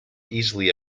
easily